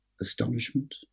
astonishment